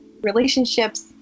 relationships